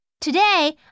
Today